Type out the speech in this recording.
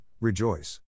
rejoice